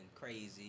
crazy